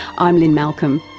i'm lynne malcolm,